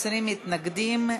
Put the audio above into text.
20 מתנגדים,